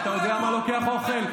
אתה יודע מי לוקח אוכל?